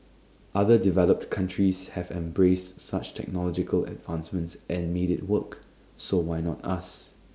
other developed countries have embraced such technological advancements and made IT work so why not us